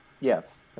yes